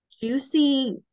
juicy